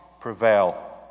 prevail